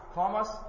Thomas